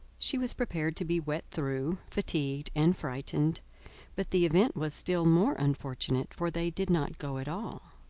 she was prepared to be wet through, fatigued, and frightened but the event was still more unfortunate, for they did not go at all.